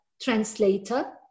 translator